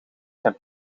zijn